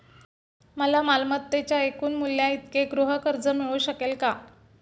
मला मालमत्तेच्या एकूण मूल्याइतके गृहकर्ज मिळू शकेल का?